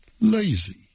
lazy